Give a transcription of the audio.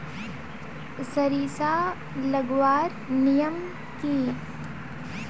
सरिसा लगवार नियम की?